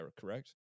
correct